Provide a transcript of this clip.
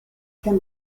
can